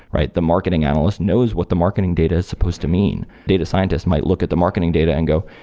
right? the marketing analyst knows what the marketing data is supposed to mean. data scientists might look at the marketing data and go,